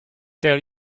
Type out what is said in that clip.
tell